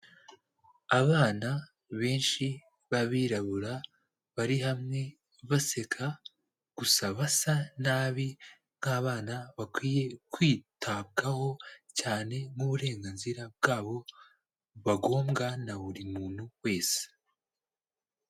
Abana benshi b'abirabura bari hamwe baseka, gusa basa nabi nk'abana bakwiye kwitabwaho cyane nk'uburenganzira bwabo bagombwa na buri muntu wese.